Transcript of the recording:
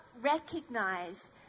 recognize